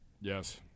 Yes